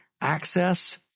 access